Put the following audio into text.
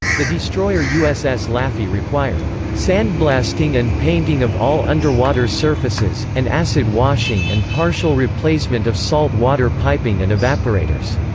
the destroyer uss laffey required sandblasting and painting of all underwater surfaces, and acid washing and partial replacement of salt-water piping and evaporators.